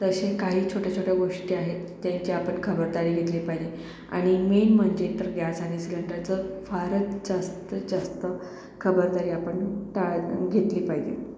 तसे काही छोट्या छोट्या गोष्टी आहेत त्यांची आपण खबरदारी घेतली पाहिजे आणि मेन म्हणजे तर गॅस आणि सिलेंडरचं फारच जास्तीत जास्त खबरदारी आपण टाळणं घेतली पाहिजे